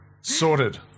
Sorted